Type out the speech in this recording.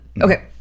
okay